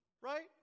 right